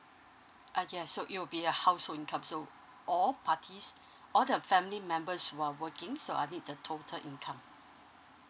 uh ya so it will be a household income so all parties all the family members who're working so I need the total income